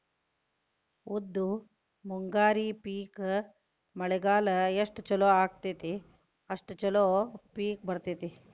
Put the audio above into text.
ಉದ್ದು ಮುಂಗಾರಿ ಪಿಕ್ ಮಳಿಗಾಲ ಎಷ್ಟ ಚಲೋ ಅಕೈತಿ ಅಷ್ಟ ಚಲೋ ಪಿಕ್ ಬರ್ತೈತಿ